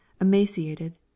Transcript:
emaciated